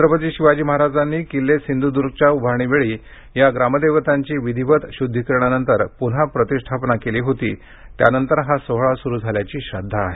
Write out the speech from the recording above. छत्रपती शिवाजी महाराजांनी किल्ले सिंधुदुर्गच्या उभारणीवेळी या ग्रामदेवतांची विधिवत शुद्धीकरणानंतर पुन्हा प्रतिष्ठापना केल्यानंतर हा सोहळा सुरू झाल्याची श्रद्धा आहे